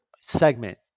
segment